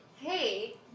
hey